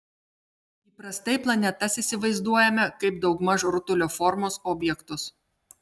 įprastai planetas įsivaizduojame kaip daugmaž rutulio formos objektus